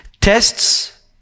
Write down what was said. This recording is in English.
Tests